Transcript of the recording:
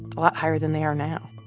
a lot higher than they are now